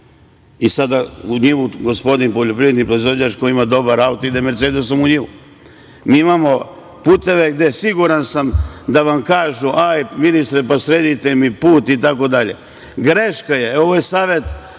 i sada u njivu gospodin poljoprivredni proizvođač, koji ima dobar auto, ide mercedesom u njivu. Mi imamo puteve gde siguran sam da vam kažu – ministre, sredite mi put itd. Greška je, ovo je savet